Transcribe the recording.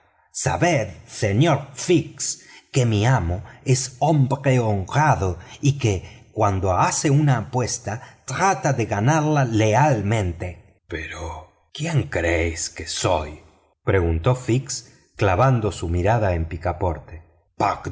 sabed señor fix que mi amo es hombre honrado y que cuando hace una apuesta trata de ganarla lealmente pero quién creéis que soy preguntó fix clavando su mirada en picaporte